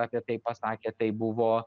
apie tai pasakė tai buvo